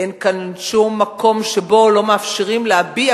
אין כאן שום מקום שבו לא מאפשרים להם להביע,